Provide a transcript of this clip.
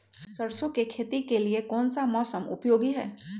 सरसो की खेती के लिए कौन सा मौसम उपयोगी है?